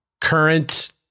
current